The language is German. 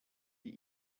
die